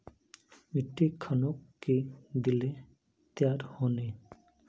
मिट्टी खानोक की दिले तैयार होने?